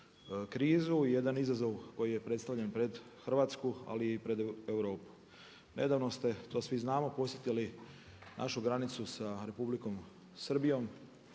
krizu. Jedan izazov koji je predstavljen pred Hrvatsku ali i pred Europu. Nedavno ste to svi znamo posjetili našu granicu sa Republikom Srbijom,